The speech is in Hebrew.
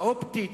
האופטית,